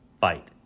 fight